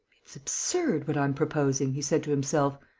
it's absurd, what i'm proposing, he said to himself.